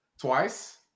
twice